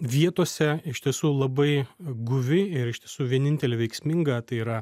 vietose iš tiesų labai guvi ir iš tiesų vienintelė veiksminga tai yra